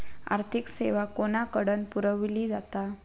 आर्थिक सेवा कोणाकडन पुरविली जाता?